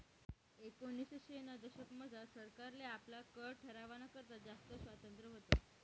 एकोनिसशेना दशकमझार सरकारले आपला कर ठरावाना करता जास्त स्वातंत्र्य व्हतं